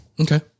Okay